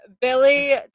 Billy